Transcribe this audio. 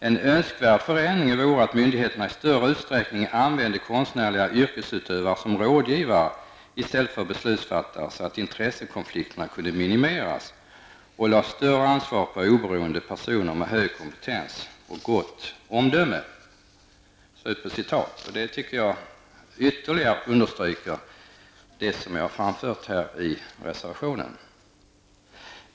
En önskvärd förändring vore att myndigheterna i större utsträckning använde konstnärliga yrkesutövare som rådgivare i stället för beslutsfattare så att intressekonflikterna kunde minimeras och lade större ansvar på oberoende personer med hög kompetens och gott omdöme. Jag tycker att detta ytterligare understryker det som jag har framfört i reservationen.